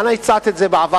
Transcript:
ואני הצעתי את זה בעבר,